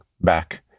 back